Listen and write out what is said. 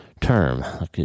term